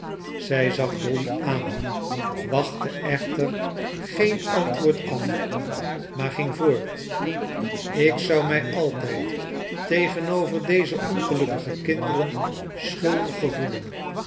zij zag dolly aan wachtte echter geen antwoord af maar ging voort ik zou mij altijd tegenover deze ongelukkige kinderen schuldig gevoelen